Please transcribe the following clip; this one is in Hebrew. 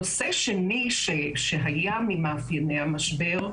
נושא שני שהיה ממאפייני המשבר,